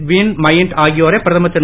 win Myint ஆகியோரை பிரதமர் திரு